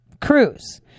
Cruz